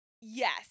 Yes